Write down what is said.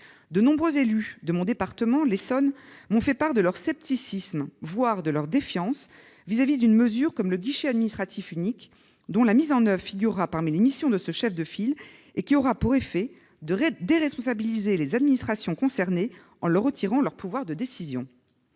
De nombreux élus de mon département, l'Essonne, m'ont fait part de leur scepticisme, voire de leur défiance vis-à-vis d'une mesure comme le guichet administratif unique, dont la mise en oeuvre figurera parmi les missions de ce chef de file, et qui aura pour effet de déresponsabiliser les administrations concernées en leur retirant leur pouvoir de décision.